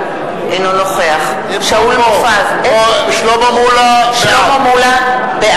בעד שאול מופז, אינו נוכח משה